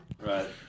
Right